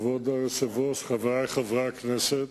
כבוד היושב-ראש, חברי חברי הכנסת,